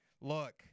Look